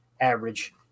average